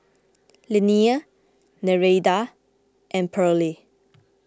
Linnea Nereida and Pearle